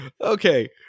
okay